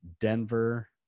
Denver